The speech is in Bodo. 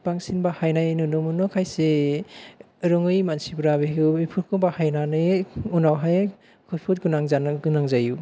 बांसिन बाहायनाय नुनो मोनो खायसे रोङै मानसिफ्रा बेफोरखौ बाहायनानै उनावहाय खैफोद गोनां जानो गोनां जायो